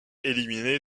éliminé